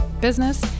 business